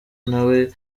ntawe